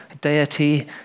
deity